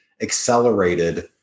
accelerated